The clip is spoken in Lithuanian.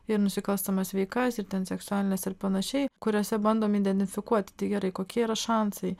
ir nusikalstamas veikas ir ten seksualines ir panašiai kuriose bandom identifikuoti tai gerai kokie yra šansai